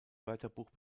wörterbuch